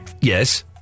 Yes